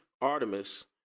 artemis